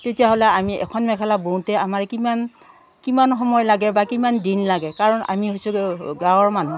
তেতিয়াহ'লে আমি এখন মেখেলা বওঁতে আমাৰ কিমান কিমান সময় লাগে বা কিমান দিন লাগে কাৰণ আমি হৈছো গাঁৱৰ মানুহ